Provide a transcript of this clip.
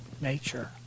nature